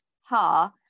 Ha